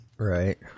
Right